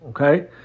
Okay